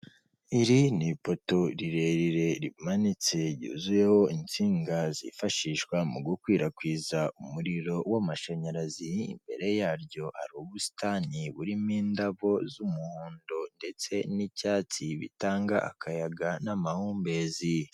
Iri ni ipoto rirerire rimanitse, ryuyeho insinga zifashishwa mu gukwirakwiza umuriro w'amashanyarazi, imbere yaryo ubusitani burimo indabo z'umuhondo ndetse n'icyatsi bitanga akayaga n'amahumbezi.